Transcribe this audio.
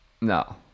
No